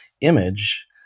image